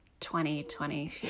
2020